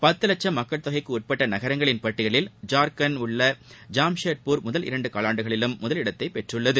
பத்து லட்சும் மக்கள் தொகைக்கு உட்பட்ட நகரங்களின் பட்டியிலில் ஜார்கண்ட்டில் உள்ள ஜாம்ஷெட்பூர் முதல் இரண்டு காலாண்டுகளிலும் முதலிடத்தை பெற்றுள்ளன